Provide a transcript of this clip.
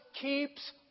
keeps